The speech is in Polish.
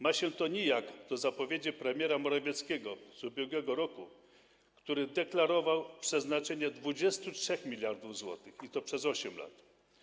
Ma się to nijak do zapowiedzi premiera Morawieckiego z ubiegłego roku, który deklarował przeznaczenie 23 mld zł, i to przez 8 lat.